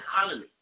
economy